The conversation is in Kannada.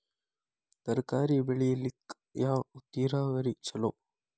ತರಕಾರಿ ಬೆಳಿಲಿಕ್ಕ ಯಾವ ನೇರಾವರಿ ಛಲೋ?